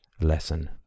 lesson